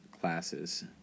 classes